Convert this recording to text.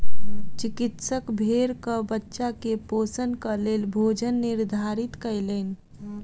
चिकित्सक भेड़क बच्चा के पोषणक लेल भोजन निर्धारित कयलैन